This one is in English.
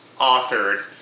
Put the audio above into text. authored